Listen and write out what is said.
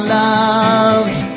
loved